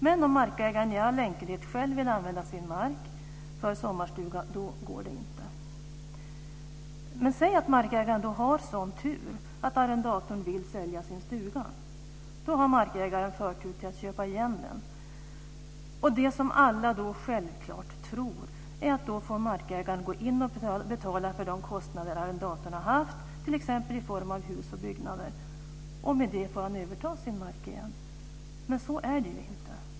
Men om markägaren i all enkelhet själv vill använda sin mark för en sommarstuga, då går det inte. Men säg att markägaren har sådan tur att arrendatorn vill sälja sin stuga. Då har markägaren förtur till att köpa tillbaka den. Och det som alla då självklart tror är att markägaren då får gå in och betala för de kostnader som arrendatorn har haft, t.ex. i form av hus och byggnader och att han därmed får överta sin mark igen. Men så är det ju inte.